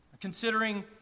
considering